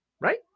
right